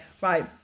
right